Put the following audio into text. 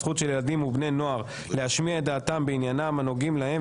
הזכות של ילדים ובני נוער להשמיע את דעתם בעניינים הנוגעים להם,